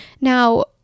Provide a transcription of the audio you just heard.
now